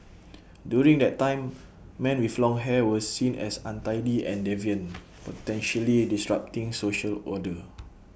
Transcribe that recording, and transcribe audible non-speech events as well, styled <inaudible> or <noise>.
during that time men with long hair were seen as untidy and deviant <noise> potentially disrupting social order